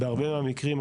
בהרבה מהמקרים,